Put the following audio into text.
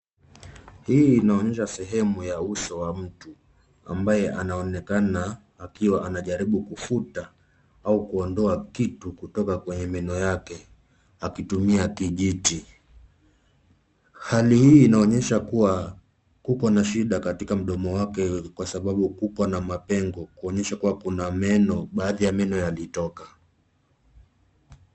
Hii inaonyesha sehemu ya uso wa mtu ambaye anaonekana akiwa anajaribu kufuta au kuondoa kitu kutoka kwenye meno yake akitumia kijiti. Hali hii inaonyesha kuwa kuko na shida katika mdomo wake kwa sababu kuko na mapengo kuonyesha kuwa kuna baadhi ya meno yalitoka.